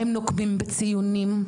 הם נוקמים בציונים,